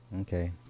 Okay